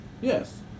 yes